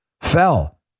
fell